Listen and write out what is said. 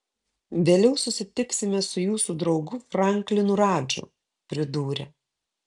vėliau susitiksime su jūsų draugu franklinu radžu pridūrė